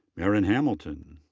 maryn hamilton.